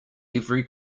every